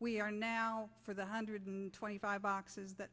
we are now for the hundred twenty five boxes that